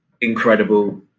incredible